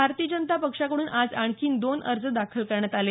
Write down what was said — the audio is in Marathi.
भारतीय जनता पक्षाकडून आज आणखीन दोन अर्ज दाखल करण्यात आले